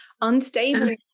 unstable